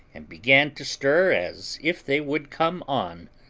and began to stir as if they would come on,